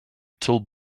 tall